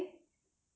ya